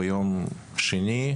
ביום שני,